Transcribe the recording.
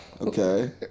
okay